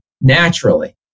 Naturally